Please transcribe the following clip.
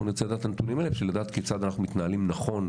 אנחנו נרצה לדעת את הנתונים האלה כדי לדעת כיצד אנחנו מתנהלים נכון.